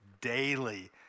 daily